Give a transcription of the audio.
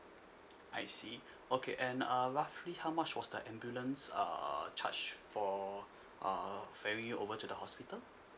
I see okay and uh roughly how much was the ambulance err charge for err ferry you over to the hospital